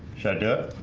shut up,